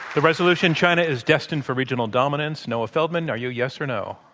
the resolution, china is destined for regional dominance, noah feldman, are you yes or no?